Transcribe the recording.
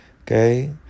Okay